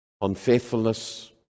unfaithfulness